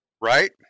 Right